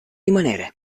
rimanere